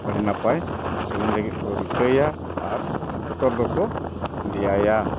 ᱟᱹᱰᱤ ᱱᱟᱯᱟᱭ ᱥᱮᱨᱮᱧ ᱞᱟᱹᱜᱤᱫ ᱠᱚ ᱨᱤᱠᱟᱹᱭᱟ ᱟᱨ ᱵᱚᱛᱚᱨ ᱫᱚᱠᱚ ᱫᱮᱭᱟᱭᱟ